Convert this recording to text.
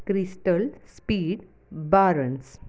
crystal speed baroness